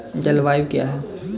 जलवायु क्या है?